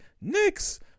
Knicks